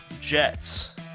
Jets